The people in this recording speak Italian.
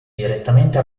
direttamente